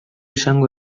izango